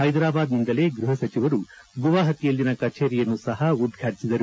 ಹೈದರಾಬಾದ್ ನಿಂದಲೇ ಗೃಹ ಸಚಿವರು ಗುವಹಾಟಿಯಲ್ಲಿನ ಕಚೇರಿಯನ್ನು ಸಹ ಉದ್ವಾಟಿಸಿದರು